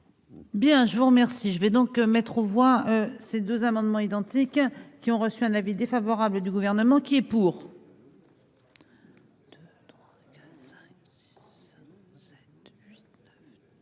Bien, je vous remercie, je vais donc mettre aux voix ces deux amendements identiques qui ont reçu un avis défavorable du gouvernement qui est pour.